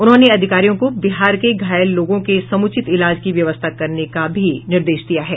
उन्होंने अधिकारियों को बिहार के घायल लोगों के समुचित इलाज की व्यवस्था करने का भी निर्देश दिया है